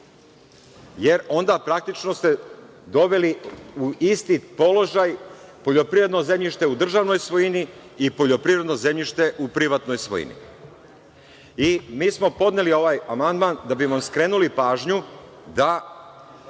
jer onda praktično ste doveli u isti položaj poljoprivredno zemljište u državnoj svojini i poljoprivredno zemljište u privatnoj svojini. Mi smo podneli ovaj amandman da bi vam skrenuli pažnju da